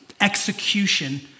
execution